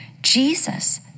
Jesus